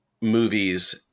movies